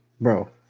bro